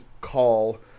call